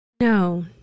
No